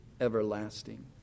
everlasting